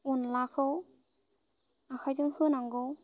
अनलाखौ आखायजों होनांगौ